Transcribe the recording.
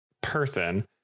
person